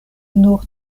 nur